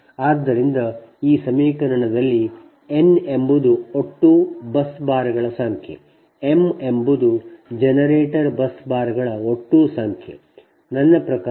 ಆದ್ದರಿಂದ ಈ ಸಮೀಕರಣದಲ್ಲಿ n ಎಂಬುದು ಒಟ್ಟು ಬಸ್ ಬಾರ್ಗಳ ಸಂಖ್ಯೆ m ಎಂಬುದು ಜನರೇಟರ್ ಬಸ್ ಬಾರ್ಗಳ ಒಟ್ಟು ಸಂಖ್ಯೆ